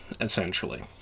essentially